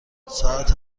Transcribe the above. ساعت